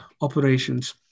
operations